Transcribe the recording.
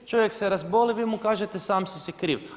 Čovjek se razboli, vi mu kažete sam si si kriv.